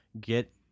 get